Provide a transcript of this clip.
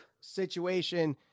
situation